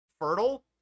Fertile